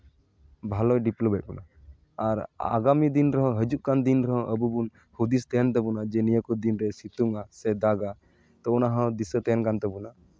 ᱵᱷᱟᱞᱮᱭ develop ᱮᱫ ᱵᱚᱱᱟ ᱟᱨ ᱟᱜᱟᱢᱤ ᱫᱤᱱ ᱨᱮᱦᱚᱸ ᱦᱤᱡᱩᱜ ᱠᱟᱱ ᱫᱤᱱ ᱨᱮᱦᱚᱸ ᱟᱵᱚ ᱵᱚᱱ ᱦᱩᱸᱫᱤᱥ ᱛᱟᱦᱮᱱ ᱛᱟᱵᱚᱱᱟ ᱡᱮ ᱱᱤᱭᱟᱹ ᱠᱚ ᱫᱤᱱ ᱨᱮ ᱥᱤᱛᱩᱝᱟ ᱥᱮ ᱫᱟᱜᱼᱟ ᱛᱳ ᱚᱱᱟ ᱦᱚᱸ ᱫᱤᱟᱹ ᱛᱟᱦᱮᱱ ᱠᱟᱱ ᱛᱟᱵᱳᱱᱟ